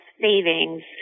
savings